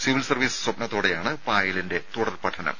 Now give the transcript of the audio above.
civil service സ്വപ്നത്തോടെയാണ് പായലിന്റെ തുടർ പഠനം